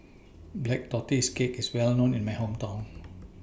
Black Tortoise Cake IS Well known in My Hometown